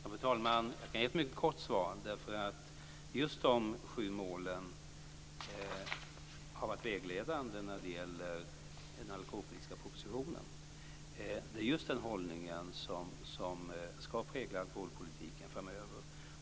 Fru talman! Jag kan ge ett mycket kort svar, därför att just dessa sju mål har varit vägledande när det gäller den alkoholpolitiska propositionen. Det är just den hållningen som ska prägla alkoholpolitiken framöver.